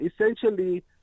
essentially